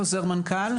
חוזר מנכ"ל?